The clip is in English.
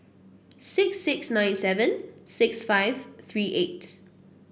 six six nine seven six five three eight